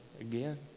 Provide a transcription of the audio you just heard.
again